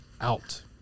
out